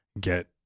get –